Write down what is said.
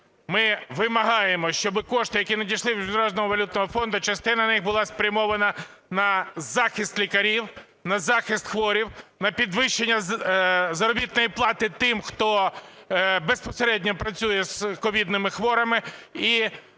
Ми вимагаємо, щоб кошти, які надійшли від Міжнародного валютного фонду, частина їх, була спрямована на захист лікарів, на захист хворих, на підвищення заробітної плати тим, хто безпосередньо працює з ковідними хворими.